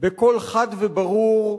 בקול חד וברור,